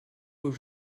aux